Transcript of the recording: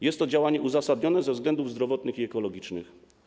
Jest to działanie uzasadnione ze względów zdrowotnych i ekologicznych.